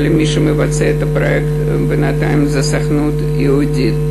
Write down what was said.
אבל מי שמבצע את הפרויקט בינתיים זה הסוכנות היהודית.